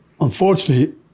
Unfortunately